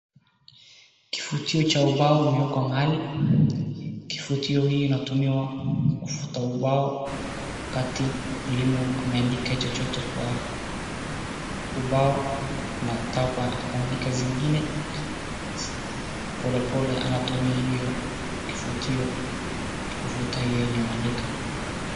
Kifutuio cha ubao kimewekwa mahali, kinatumiwa kufuta ubao wakati mwalimu ameandika chochote kwa ubao na anataka kuandika zingine, polepole anatumia hiyo kifutio kufuta hiyo yenye ameandika.